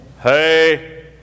hey